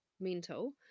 mental